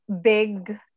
big